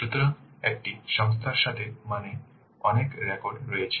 সুতরাং একটি সংস্থার সাথে মানে অনেক রেকর্ড রয়েছে